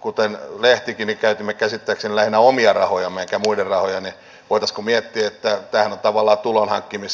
kun käytimme kuten lehtikin käsittääkseni lähinnä omia rahojamme emmekä muiden rahoja niin voitaisiinko miettiä kun tämähän on tavallaan tulonhankkimiskustannusta voisiko ne saada vähennyksiin